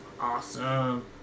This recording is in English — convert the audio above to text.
Awesome